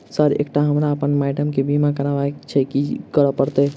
Sir एकटा हमरा आ अप्पन माइडम केँ बीमा करबाक केँ छैय की करऽ परतै?